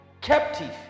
captive